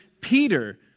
Peter